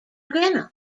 grinnell